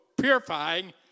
purifying